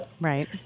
right